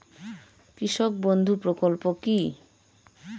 কৃষক বন্ধু প্রকল্প কি?